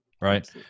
Right